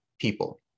people